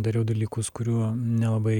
dariau dalykus kurių nelabai